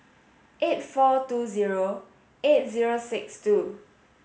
eight four two zero eight zero six two